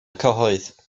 cyhoedd